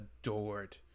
adored